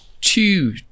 two